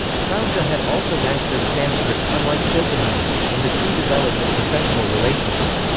krause ah had also mastered sanskrit, unlike schopenhauer, and the two developed a professional relationship.